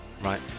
Right